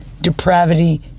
depravity